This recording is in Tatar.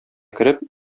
кереп